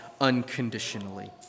unconditionally